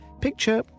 Picture